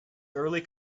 early